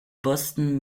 boston